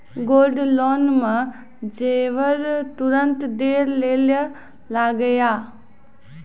Gold loan मे जेबर तुरंत दै लेली लागेया?